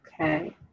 Okay